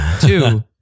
Two